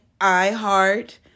iHeart